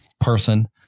person